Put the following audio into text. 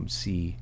see